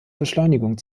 beschleunigung